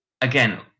again